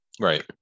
Right